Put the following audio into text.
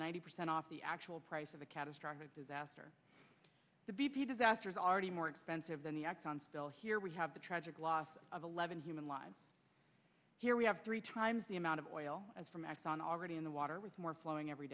ninety percent off the actual price of a catastrophic disaster the b p disaster is already more expensive than the exxon still here we have the tragic loss of eleven human lives here we have three times the amount of oil from exxon already in the water with more flowing every